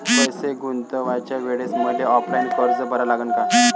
पैसे गुंतवाच्या वेळेसं मले ऑफलाईन अर्ज भरा लागन का?